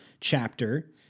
chapter